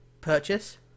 purchase